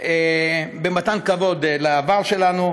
במתן כבוד לעבר שלנו,